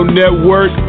network